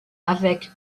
avec